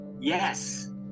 yes